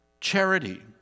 charity